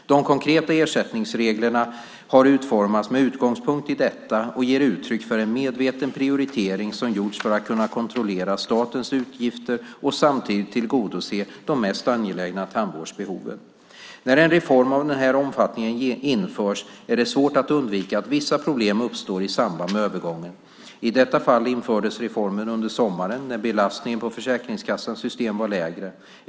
De konkreta ersättningsreglerna har utformats med utgångspunkt i detta och ger uttryck för en medveten prioritering som gjorts för att kunna kontrollera statens utgifter och samtidigt tillgodose de mest angelägna tandvårdsbehoven. När en reform av den här omfattningen införs är det svårt att undvika att vissa problem uppstår i samband med övergången. I detta fall infördes reformen under sommaren, när belastningen på Försäkringskassans system var lägre.